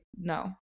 no